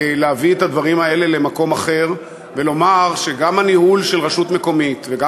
להביא את הדברים האלה למקום אחר ולומר שגם הניהול של רשות מקומית וגם